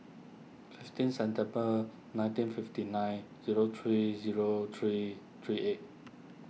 fifteen September nineteen fifty nine zero three zero three three eight